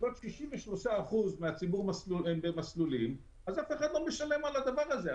בסביבות 63% מהציבור הם במסלול ואף אחד לא משלם על הדבר הזה.